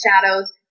shadows